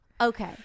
Okay